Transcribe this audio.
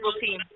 team